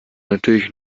natürlich